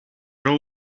raw